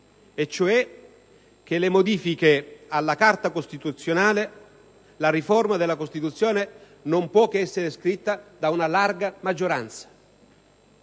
fatto che le modifiche alla Carta costituzionale, cioè la riforma della Costituzione, non possono che essere scritte da una larga maggioranza.